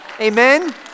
Amen